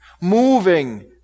moving